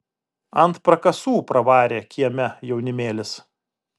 ant prakasų pravarė kieme jaunimėlis